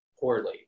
poorly